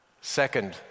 Second